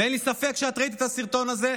ואין לי ספק שאת ראית את הסרטון הזה,